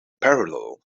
parallel